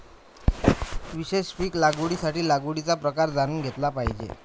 विशेष पीक लागवडीसाठी लागवडीचा प्रकार जाणून घेतला पाहिजे